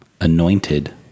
anointed